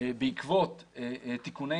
בעקבות תיקוני